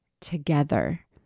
together